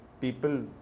people